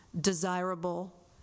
desirable